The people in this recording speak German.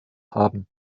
haben